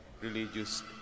religious